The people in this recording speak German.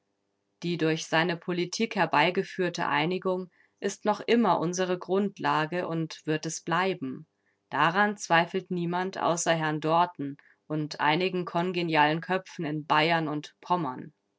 die durch seine politik herbeigeführte einigung ist noch immer unsere grundlage und wird es bleiben daran zweifelt niemand außer herrn dorten und einigen kongenialen köpfen in bayern und pommern